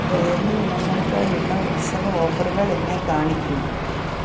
diary ഇനങ്ങൾക്കായുള്ള ഉത്സവ ഓഫറുകളെന്നെ കാണിക്കൂ